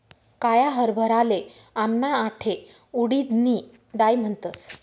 काया हरभराले आमना आठे उडीदनी दाय म्हणतस